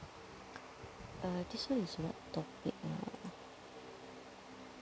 uh this one is what topic ah